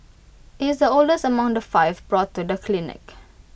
IT is the oldest among the five brought to the clinic